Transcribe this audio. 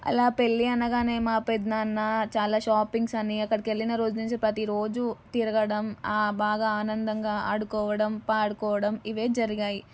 అలా పెళ్ళి అనగానే మా పెద్దనాన్న చాలా షాప్పింగ్స్ అనీ అక్కడికి వెళ్ళిన రోజు నుంచి ప్రతీ రోజూ తిరగడం బాగా ఆనందంగా ఆడుకోవడం పాడుకోవడం ఇవే జరిగాయి